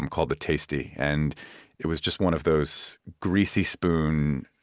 and called the tasty. and it was just one of those greasy-spoon,